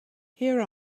here